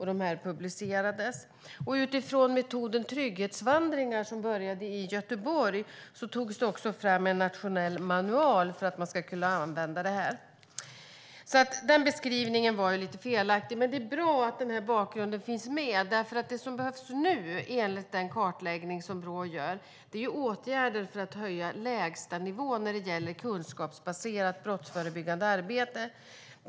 Dessa publicerades. Utifrån metoden trygghetsvandringar som började i Göteborg togs det också fram en nationell manual för att man ska kunna använda detta. Justitieministerns beskrivning var alltså lite felaktig, men det är bra att den här bakgrunden finns med, för det som behövs nu enligt den kartläggning som Brå gör är åtgärder för att höja lägstanivån när det gäller kunskapsbaserat brottsförebyggande arbete.